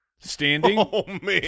standing